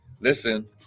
listen